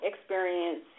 experience